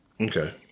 Okay